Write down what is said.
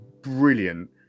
brilliant